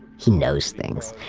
he knows things.